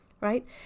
right